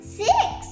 six